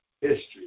history